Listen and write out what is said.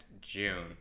June